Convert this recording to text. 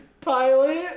pilot